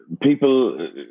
people